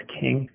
king